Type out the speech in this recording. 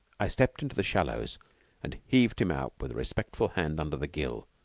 i stepped into the shallows and heaved him out with a respectful hand under the gill,